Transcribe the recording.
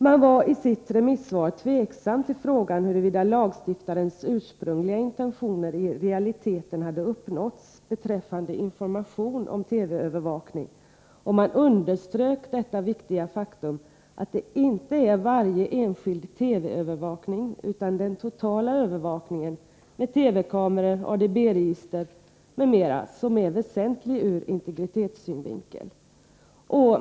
Man var i detta remissyttrande tveksam till frågan huruvida lagstiftarens ursprungliga intentioner i realiteten hade tillgodosetts beträffande information om TV-övervakning, och man underströk det viktiga faktum att det inte är varje enskild TV-övervakning utan den totala övervakningen med TV-kameror, ADB-register m.m. som är väsentlig ur integritetssynvinkel.